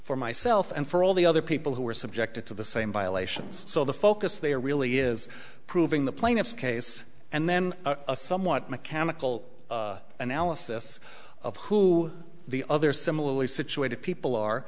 for myself and for all the other people who were subjected to the same violations so the focus there really is proving the plaintiff's case and then a somewhat mechanical analysis of who the other similarly situated people are